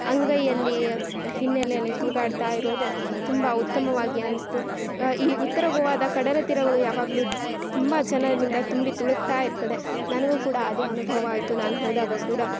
ಅಂಗೈಯಲ್ಲಿ ಹಿನ್ನೆಲೆಯಲ್ಲಿ ತೂಗಾಡ್ತಾ ಇರೋದು ತುಂಬ ಉತ್ತಮವಾಗಿ ಅನ್ನಿಸ್ತು ಈ ಉತ್ತರ ಗೋವಾದ ಕಡಲತೀರಗಳು ಯಾವಾಗ್ಲೂ ತುಂಬ ಜನರಿಂದ ತುಂಬಿ ತುಳುಕ್ತಾ ಇರ್ತದೆ ನನ್ಗೂ ಕೂಡ ಅದೇ ಅನುಭವ ಆಯಿತು ನಾನು ಹೋದಾಗ ಕೂಡ